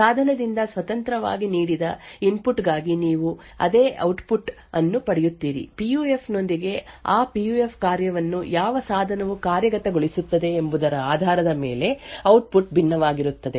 ಸಾಧನದಿಂದ ಸ್ವತಂತ್ರವಾಗಿ ನೀಡಿದ ಇನ್ಪುಟ್ ಗಾಗಿ ನೀವು ಅದೇ ಔಟ್ಪುಟ್ ಅನ್ನು ಪಡೆಯುತ್ತೀರಿ ಪಿ ಯು ಎಫ್ ನೊಂದಿಗೆ ಆ ಪಿ ಯು ಎಫ್ ಕಾರ್ಯವನ್ನು ಯಾವ ಸಾಧನವು ಕಾರ್ಯಗತಗೊಳಿಸುತ್ತಿದೆ ಎಂಬುದರ ಆಧಾರದ ಮೇಲೆ ಔಟ್ಪುಟ್ ಭಿನ್ನವಾಗಿರುತ್ತದೆ